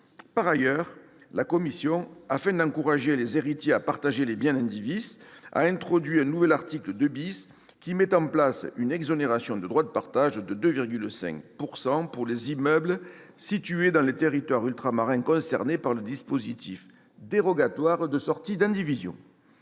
Par ailleurs, la commission, afin d'encourager les héritiers à partager les biens indivis, a introduit un nouvel article 2 qui met en place une exonération de droit de partage de 2,5 % pour les immeubles situés dans les territoires ultramarins concernés par le dispositif dérogatoire de sortie d'indivision.